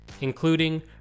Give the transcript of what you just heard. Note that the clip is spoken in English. including